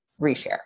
reshare